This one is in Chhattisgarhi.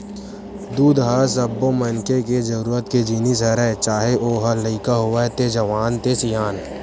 दूद ह सब्बो मनखे के जरूरत के जिनिस हरय चाहे ओ ह लइका होवय ते जवान ते सियान